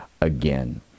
again